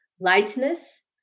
lightness